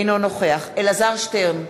אינו נוכח אלעזר שטרן,